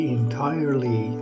entirely